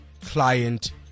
client